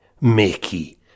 Mickey